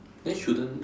then shouldn't